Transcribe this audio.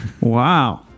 Wow